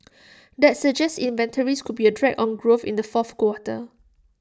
that suggests inventories could be A drag on growth in the fourth quarter